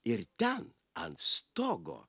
ir ten ant stogo